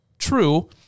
True